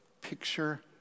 picture